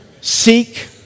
Seek